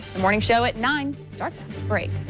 morning show at nine starts right